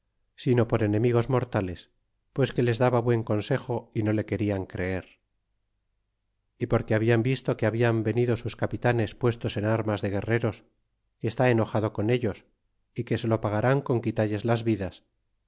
sino por enemigos mortales pues que les daba buen consejo y no le querian creer y porque habian visto que hablan venido sus capitanes puestos en armas de guerreros que está enojado con ellos y que se lo pagarán con quitalles las vidas